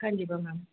கண்டிப்பாக மேம்